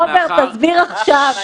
רגע, אני